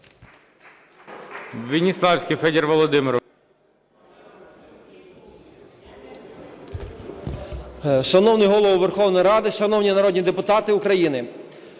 Веніславський Федір Володимирович.